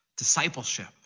Discipleship